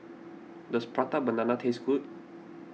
does Prata Banana taste good